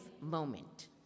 moment